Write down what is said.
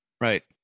Right